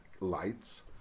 lights